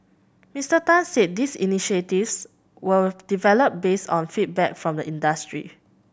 Mister Tan said these initiatives were developed based on feedback from the industry